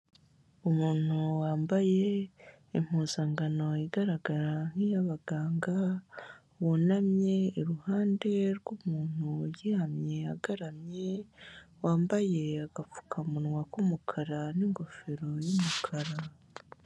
Umuntu wambaye impuzangano igaragara nk'iy'abaganga, wunamye iruhande rw'umuntu uryamye agaramye, wambaye agapfukamunwa k'umukara n'ingofero y'umukara.